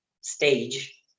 stage